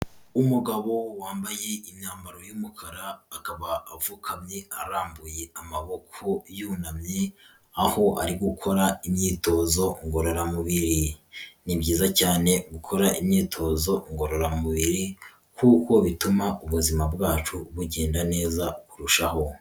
Umugabo wambaye imyambaro y'umukara akaba apfukamye arambuye amaboko yunamye, aho ari gukora imyitozo ngororamubiri, ni byiza cyane gukora imyitozo ngororamubiri kuko bituma ubuzima bwacu bugenda neza kurushaho.